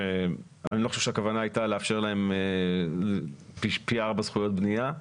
שאני לא חושב שהכוונה הייתה לאפשר להם פי ארבעה זכויות בנייה,